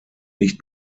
nicht